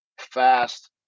fast